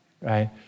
right